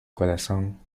corazón